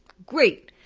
great,